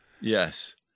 Yes